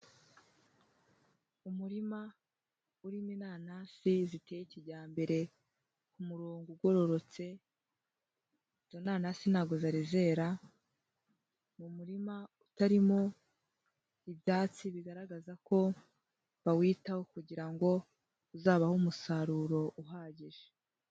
Umurima urimo inanasi ziteye kijyambere, ku murongo ugororotse, izo nanasi ntabwo zari zera, ni umurima utarimo ibyatsi bigaragaza ko bawitaho kugira ngo uzabahe umusaruro uhagije.